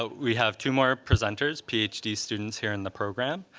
ah we have two more presenters, ph d. students here in the program.